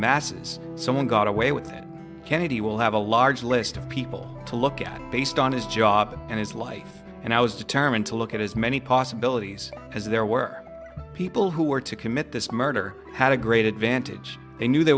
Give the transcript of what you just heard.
masses someone got away with that kennedy will have a large list of people to look at based on his job and his life and i was determined to look at as many possibilities as there were people who were to commit this murder had a great advantage they knew the